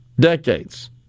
Decades